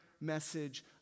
message